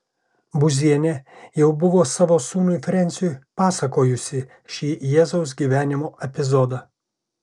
būzienė jau buvo savo sūnui frensiui pasakojusi šį jėzaus gyvenimo epizodą